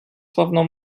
sławną